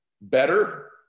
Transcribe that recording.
Better